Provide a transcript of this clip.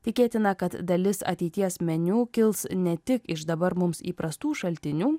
tikėtina kad dalis ateities meniu kils ne tik iš dabar mums įprastų šaltinių